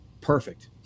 perfect